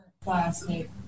Plastic